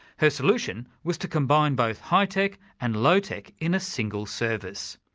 her solution, was to combine both high-tech and low-tech in a single service.